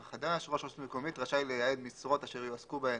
החדש: (ג1) ראש רשות מקומית רשאי לייעד משרות אשר יועסקו בהן,